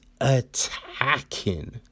attacking